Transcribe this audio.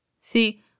See